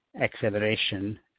acceleration